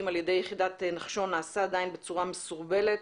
על ידי יחידת נחשון נעשה עדיין בצורה מסורבלת,